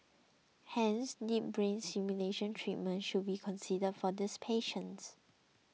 hence deep brain stimulation treatment should be considered for these patients